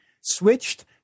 switched